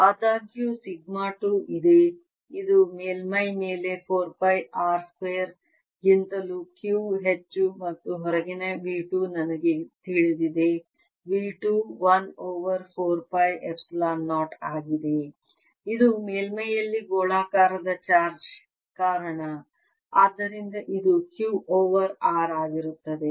ಆದಾಗ್ಯೂ ಸಿಗ್ಮಾ 2 ಇದೆ ಇದು ಮೇಲ್ಮೈ ಮೇಲೆ 4 ಪೈ r ಸ್ಕ್ವೇರ್ ಗಿಂತಲೂ Q ಹೆಚ್ಚು ಮತ್ತು ಹೊರಗಿನ V 2 ನನಗೆ ತಿಳಿದಿದೆ V 2 1 ಓವರ್ 4 ಪೈ ಎಪ್ಸಿಲಾನ್ 0 ಆಗಿದೆ ಇದು ಮೇಲ್ಮೈಯಲ್ಲಿ ಗೋಳಾಕಾರದ ಚಾರ್ಜ್ ಕಾರಣ ಆದ್ದರಿಂದ ಇದು q ಓವರ್ r ಆಗಿರುತ್ತದೆ